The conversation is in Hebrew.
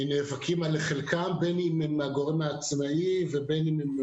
ונאבקים על חלקם, בין אם הם עצמאים או מוסדות